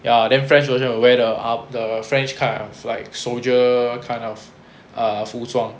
ya then french version will wear the uh the french cuts like soldier kind of uh 服装